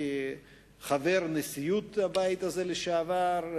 כחבר נשיאות הבית הזה לשעבר,